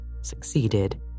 succeeded